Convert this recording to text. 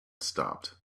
stopped